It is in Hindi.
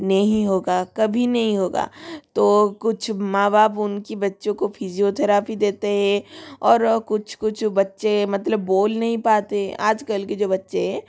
नहीं होगा कभी नहीं होगा तो कुछ माँ बाप उनके बच्चों को फिज़ियोथिरापी देते हैं और कुछ कुछ बच्चे मतलब बोल नहीं पाते आज कल के जो बच्चे है